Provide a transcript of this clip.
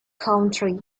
country